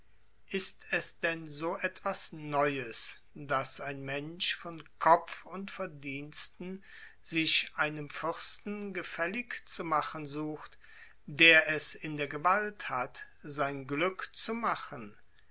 ist es denn so etwas neues daß ein mensch von kopf und verdiensten sich einem fürsten gefällig zu machen sucht der es in der gewalt hat sein glück zu machen